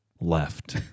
left